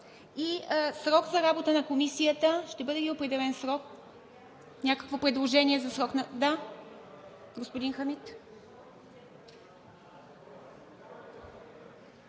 И срок за работа на Комисията? Ще бъде ли определен срок? Някакво предложение за срок? Господин Хамид.